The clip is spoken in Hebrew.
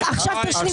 תשלים.